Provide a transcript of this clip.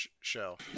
show